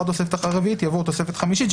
התוספת הרביעית יבוא: "תוספת חמישית".